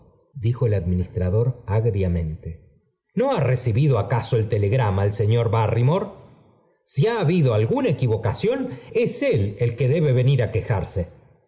dijo el administrador agriamente no ha recibido acaso el telegrama él señor barrymore si ha habido alguna equivocación es él el que debe venir á quejarse